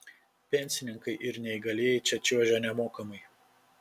pensininkai ir neįgalieji čia čiuožia nemokamai